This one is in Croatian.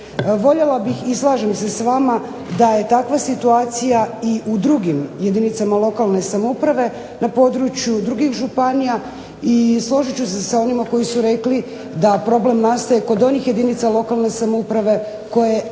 Voljela bih i slažem se s vama da je takva situacija i u drugim jedinicama lokalne samouprave, na području drugih županija i složit ću se sa onima koji su rekli da problem nastaje kod onih jedinica lokalne samouprave koje ne